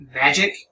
magic